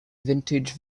vintage